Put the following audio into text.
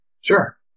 Sure